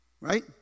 right